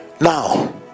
now